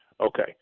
Okay